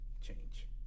change